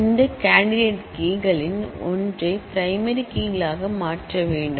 எனவே இந்த candidate key களில் ஒன்றை பிரைமரி கீ களாக மாற்ற வேண்டும்